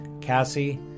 Cassie